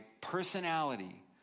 personality